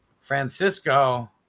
Francisco